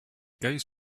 goes